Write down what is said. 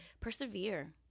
persevere